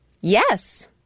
Yes